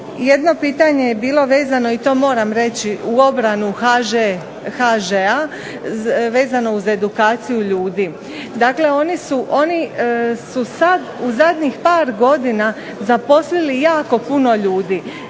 Jedno pitanje je bilo vezano, i to moram reći, u obranu HŽ-a, vezano uz edukaciju ljudi. Dakle, oni su sad u zadnjih par godina zaposlili jako puno ljudi.